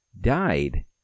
died